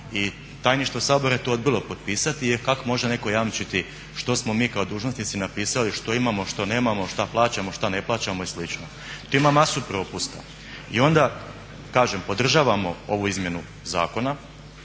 i tajništvo Sabora je to odbilo potpisati, jer kak' može netko jamčiti što smo mi kao dužnosnici napisali što imamo, što nemamo, šta plaćamo, šta ne plaćamo i slično. Tu ima masu propusta. I onda kažem podržavamo ovu izmjenu zakona